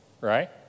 right